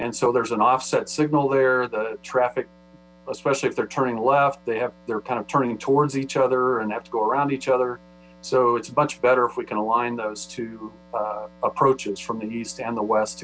and so there's an offset signal there the traffic especially they're turning left they have kind of turning towards each other and have to go around each other so it's much better if we can align those two approaches from the east and the west